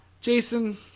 jason